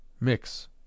mix